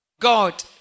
God